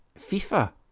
FIFA